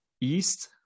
east